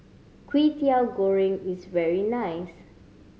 Kwetiau Goreng is very nice